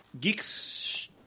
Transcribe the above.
Geeks